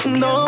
no